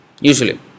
usually